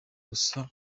gusa